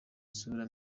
isura